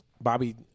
Bobby